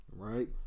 right